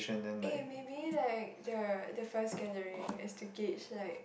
eh maybe like the the first gathering is to gauge like